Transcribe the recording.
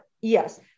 yes